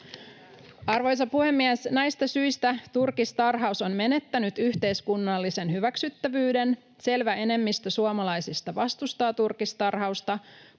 Arvoisa puhemies! Näistä syistä turkistarhaus on menettänyt yhteiskunnallisen hyväksyttävyyden. Selvä enemmistö suomalaisista vastustaa turkistarhausta.